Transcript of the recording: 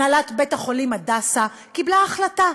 הנהלת בית-החולים "הדסה" קיבלה החלטה,